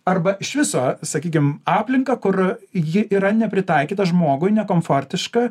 arba iš viso sakykim aplinką kur ji yra nepritaikyta žmogui nekomfortiška